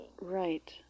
Right